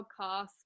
podcast